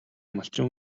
малчин